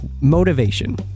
Motivation